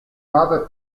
mother